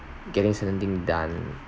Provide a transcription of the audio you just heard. getting certain thing done